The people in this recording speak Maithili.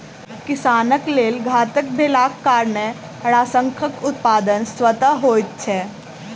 किसानक लेल घातक भेलाक कारणेँ हड़ाशंखक उत्पादन स्वतः होइत छै